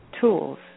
tools